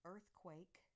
Earthquake